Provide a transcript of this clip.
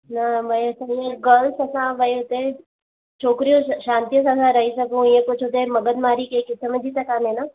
न महेश साईं ईअं गल्स असां भई उते छोकिरियूं शांतीअ सां न रही सघूं ईअं कुझु उते मग़ज़मारी कंहिं क़िस्म जी त कान्हे न